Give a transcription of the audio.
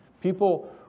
people